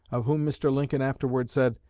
of whom mr. lincoln afterward said,